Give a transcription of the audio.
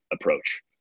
approach